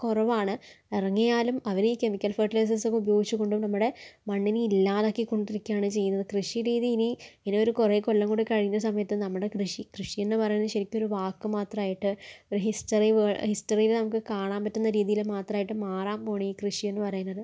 കുറവാണ് ഇറങ്ങിയാലും അവരീ കെമിക്കൽ ഫെർട്ടിലൈസേർസൊക്കെ ഉപയോഗിച്ചുകൊണ്ട് നമ്മുടെ മണ്ണിനെ ഇല്ലാതാക്കി കൊണ്ടിരിക്കുകയാണ് ചെയ്യുന്നത് കൃഷി രീതി ഇനി ഒരു കുറേ കൊല്ലം കൂടി കഴിയുന്ന സമയത്ത് നമ്മുടെ കൃഷി കൃഷി എന്ന് പറയുന്നത് ശരിക്കുമൊരു വാക്ക് മാത്രമായിട്ട് ഒരു ഹിസ്റ്ററി പോലെ ഹിസ്റ്ററിയിൽ നമുക്ക് കാണാൻ പറ്റുന്ന രീതിയിൽ മാത്രമായിട്ട് മാറാൻ പോണ് ഈ കൃഷി എന്ന് പറയുന്നത്